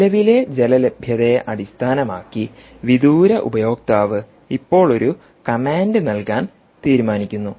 നിലവിലെ ജല ലഭ്യതയെ അടിസ്ഥാനമാക്കി വിദൂര ഉപയോക്താവ് ഇപ്പോൾ ഒരു കമാൻഡ് നൽകാൻ തീരുമാനിക്കുന്നു